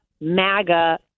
MAGA